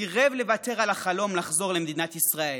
סירב לוותר על החלום לחזור למדינת ישראל.